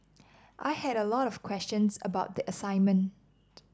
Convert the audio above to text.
I had a lot of questions about the assignment